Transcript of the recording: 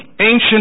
ancient